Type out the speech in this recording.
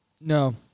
No